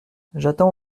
j’attends